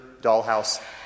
dollhouse